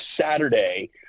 Saturday